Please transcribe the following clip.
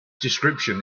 description